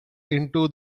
into